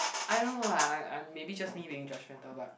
I don't know lah I'm I'm maybe just me being judgmental but